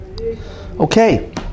Okay